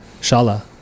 shala